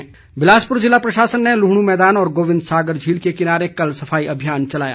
स्वच्छता बिलासपुर ज़िला प्रशासन ने लुहणू मैदान और गोविंद सागर झील के किनारे कल सफाई अभियान चलाया